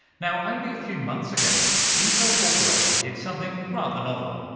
now only a few months ago intel corporation did something rather novel.